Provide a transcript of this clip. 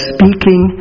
Speaking